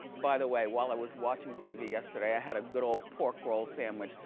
by the way, while i was watching tv yesterday, i had a good ol' pork roll sandwich.